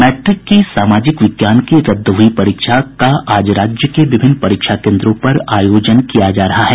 matric की सामाजिक विज्ञान की रद्द हुई परीक्षा का आज राज्य के विभिन्न परीक्षा केन्द्रों पर आयोजन किया जा रहा है